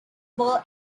will